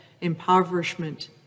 impoverishment